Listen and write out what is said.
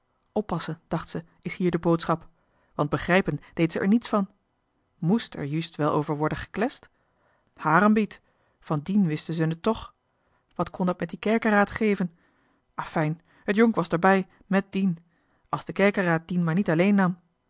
dacht ze is hier de boodschap want begrijpen deed ze er niets van mest er juust wel over worden gekle'st haar en biet van dien wiste ze n et toch wat kon dat met die kerkeraad geven affijn et jonk was d'arbij mèt dien a's de kerkeraad dien maar niet alleen